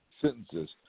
sentences